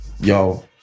Yo